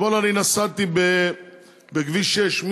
אתמול נסעתי בכביש 6,